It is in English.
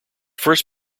first